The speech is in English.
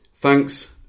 thanks